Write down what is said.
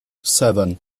seven